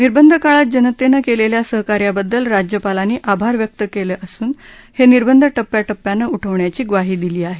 निर्बंध काळात जनतेनं केलेल्या सहाकार्याबद्दल राज्यपालांनी आभार व्यक्त केलं असून हे निर्बंध टप्प्याटप्प्यानं उठवण्याची ग्वाही दिली आहे